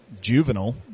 juvenile